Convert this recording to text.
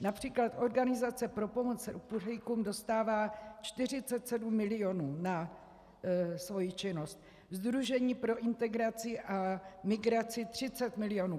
Například Organizace pro pomoc uprchlíkům dostává 47 milionů na svoji činnost, Sdružení pro integraci a migraci 30 milionů.